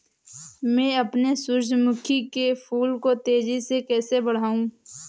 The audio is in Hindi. मैं अपने सूरजमुखी के फूल को तेजी से कैसे बढाऊं?